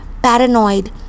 Paranoid